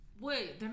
Wait